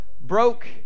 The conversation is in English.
broke